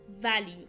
Value